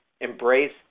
embrace